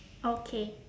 okay